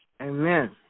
Amen